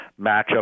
matchup